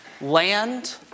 land